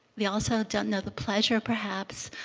they also don't know the pleasure perhaps.